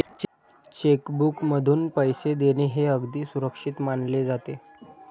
check बुकमधून पैसे देणे हे अगदी सुरक्षित मानले जाते